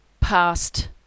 past